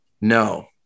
No